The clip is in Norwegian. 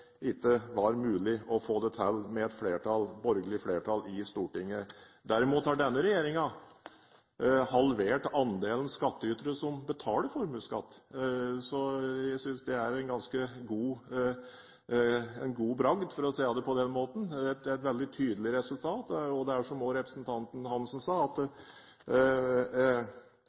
ikke var mulig å få det til med et borgerlig flertall i Stortinget. Derimot har denne regjeringen halvert andelen skattytere som betaler formuesskatt. Jeg synes det er en ganske god bragd, for å si det på den måten. Det er et veldig tydelig resultat. Det er slik, som også representanten Geir-Ketil Hansen sa, at